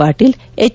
Patil H